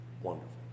wonderful